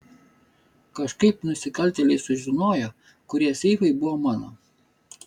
kažkaip nusikaltėliai sužinojo kurie seifai buvo mano